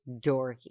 dorky